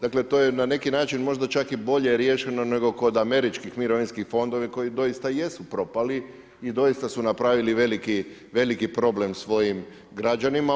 Dakle to je na neki način možda čak i bolje riješeno nego kod američkih mirovinskih fondova koji doista i jesu propali i doista su napravili veliki, veliki problem svojim građanima.